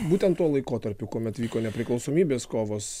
būtent tuo laikotarpiu kuomet vyko nepriklausomybės kovos